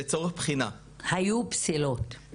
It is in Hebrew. ---לצורך בחינה--- היו פסילות.